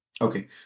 Okay